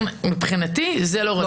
מבחינתי זה לא רלוונטי.